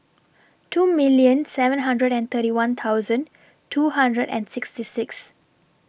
two million seven hundred and thirty one thousand two hundred and sixty six